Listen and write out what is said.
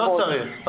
לא צריך.